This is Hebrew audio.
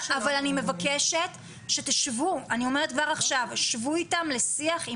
אבל אני מבקשת שתשבו איתם לשיח,